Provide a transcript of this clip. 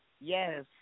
Yes